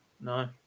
No